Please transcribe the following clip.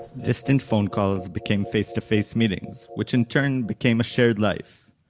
distant phone calls became face to face meetings, which in turn became a shared life.